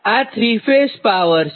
આ ૩ phase power છે